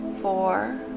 four